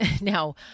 now